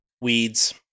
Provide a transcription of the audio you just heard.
Weeds